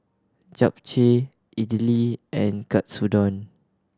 Japchae Idili and Katsudon